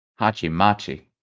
Hachimachi